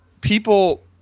people